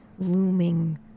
looming